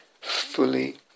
fully